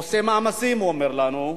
עושה מאמצים, הוא אומר לנו,